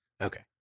Okay